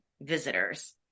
visitors